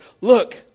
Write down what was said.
Look